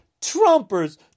Trumpers